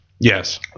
Yes